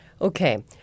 Okay